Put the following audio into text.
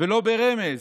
ולא ברמז,